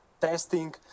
testing